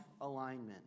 alignment